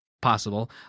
possible